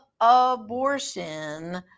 abortion